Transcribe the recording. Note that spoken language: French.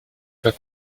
pas